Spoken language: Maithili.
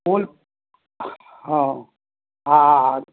ओल हँ आ